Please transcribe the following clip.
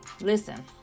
listen